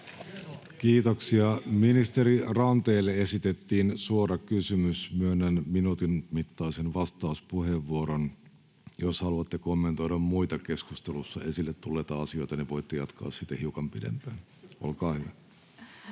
Kiitoksia. — Ministeri Ranteelle esitettiin suora kysymys, joten myönnän minuutin mittaisen vastauspuheenvuoron. — Jos haluatte kommentoida muita keskustelussa esille tulleita asioita, niin voitte jatkaa sitten hiukan pidempään. Olkaa hyvä. Kiitoksia,